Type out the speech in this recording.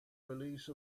release